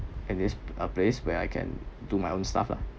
in this a place where I can do my own stuff lah